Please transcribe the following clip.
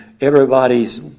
Everybody's